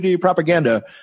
propaganda